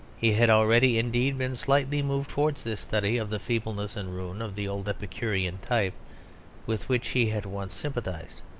he had already indeed been slightly moved towards this study of the feebleness and ruin of the old epicurean type with which he had once sympathised,